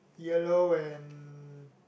yellow and